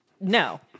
No